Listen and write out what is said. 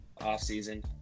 off-season